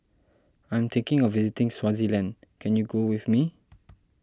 I'm thinking of visiting Swaziland can you go with me